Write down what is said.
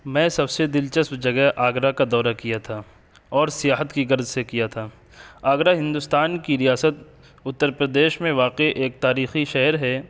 میں سب سے دلچسپ جگہ آگرہ کا دورہ کیا تھا اور سیاحت کی غرض سے کیا تھا آگرہ ہندوستان کی ریاست اتّر پردیش میں واقع ایک تاریخی شہر ہے